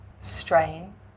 strain